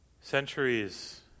Centuries